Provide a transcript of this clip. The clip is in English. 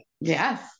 yes